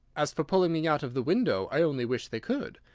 as for pulling me out of the window, i only wish they could!